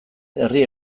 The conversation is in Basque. herri